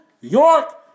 York